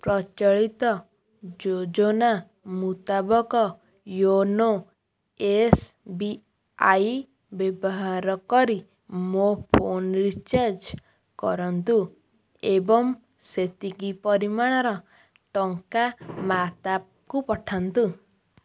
ପ୍ରଚଳିତ ଯୋଜନା ମୁତାବକ ୟୋନୋ ଏସ୍ ବି ଆଇ ବ୍ୟବହାର କରି ମୋ ଫୋନ ରିଚାର୍ଜ କରନ୍ତୁ ଏବଂ ସେତିକି ପରିମାଣର ଟଙ୍କା ମାତାକୁ ପଠାନ୍ତୁ